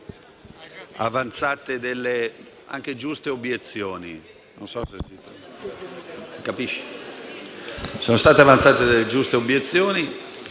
avanzate anche giuste obiezioni,